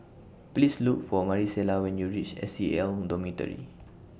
Please Look For Marisela when YOU REACH S C A L Dormitory